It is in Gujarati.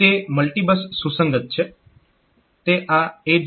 તે મલ્ટીબસ સુસંગત છે